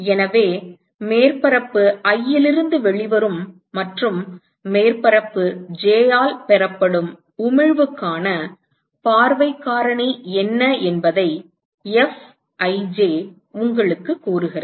எனவே மேற்பரப்பு i இலிருந்து வெளிவரும் மற்றும் மேற்பரப்பு j ஆல் பெறப்படும் உமிழ்வுக்கான பார்வைக் காரணி என்ன என்பதை Fij உங்களுக்குக் கூறுகிறது